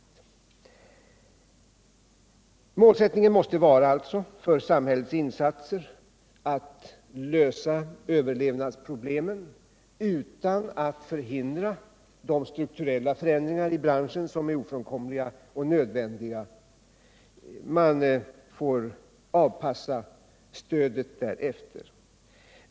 Målsättningen för samhällets insatser måste alltså vara att lösa överlevnadsproblemen utan att förhindra de strukturella förändringar i branschen som är ofrånkomliga och nödvändiga. Man får avpassa stödet därefter.